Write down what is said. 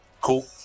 cool